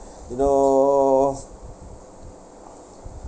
you know